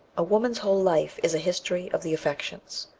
a woman's whole life is a history of the affections.